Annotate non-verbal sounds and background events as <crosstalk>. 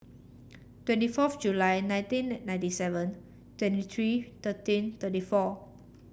twenty fourth July nineteen <unintelligible> ninety seven twenty three thirteen thirty four